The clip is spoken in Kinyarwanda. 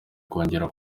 kongera